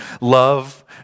Love